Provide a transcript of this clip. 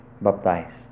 baptized